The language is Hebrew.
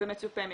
ומצופה מכם.